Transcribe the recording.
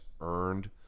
earned